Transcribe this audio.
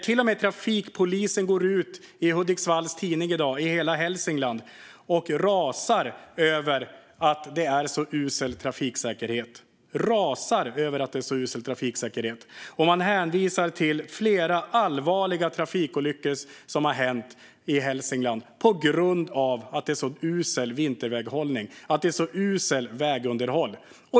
Till och med trafikpolisen går ut i Hudiksvalls tidning Hela Hälsingland och rasar över att det är så usel trafiksäkerhet. Man hänvisar till flera allvarliga trafikolyckor i Hälsingland på grund av den usla vinterväghållningen och det usla vägunderhållet.